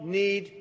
need